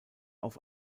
auf